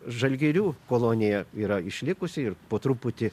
žalgirių kolonija yra išlikusi ir po truputį